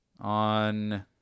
on